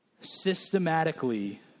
systematically